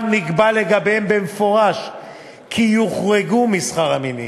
נקבע לגביהן במפורש כי יוחרגו משכר המינימום.